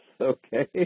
Okay